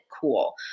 Cool